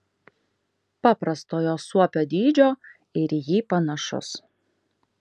paprastojo suopio dydžio ir į jį panašus